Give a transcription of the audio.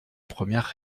première